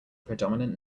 predominant